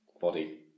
Body